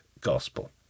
gospel